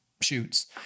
shoots